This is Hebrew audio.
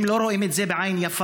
הם לא רואים את זה בעין יפה,